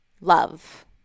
love